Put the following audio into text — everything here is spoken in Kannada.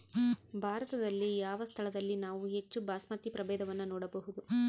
ಭಾರತದಲ್ಲಿ ಯಾವ ಸ್ಥಳದಲ್ಲಿ ನಾವು ಹೆಚ್ಚು ಬಾಸ್ಮತಿ ಪ್ರಭೇದವನ್ನು ನೋಡಬಹುದು?